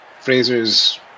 Fraser's